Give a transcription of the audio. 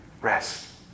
Rest